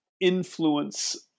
influence